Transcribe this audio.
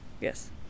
Yes